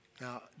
Now